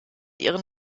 ihren